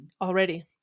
Already